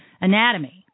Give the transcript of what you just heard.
anatomy